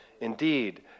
Indeed